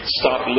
stop